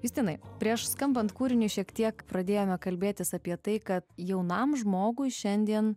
justinai prieš skambant kūriniui šiek tiek pradėjome kalbėtis apie tai kad jaunam žmogui šiandien